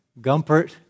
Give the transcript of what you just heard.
Gumpert